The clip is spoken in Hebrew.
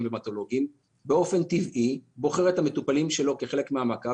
והמטולוגיים באופן טבעי בוחר את המטופלים שלו כחלק מהמעקב,